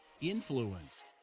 influence